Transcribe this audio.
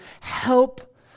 help